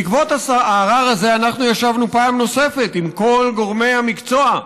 בעקבות הערר הזה אנחנו ישבנו פעם נוספת עם כל גורמי המקצוע,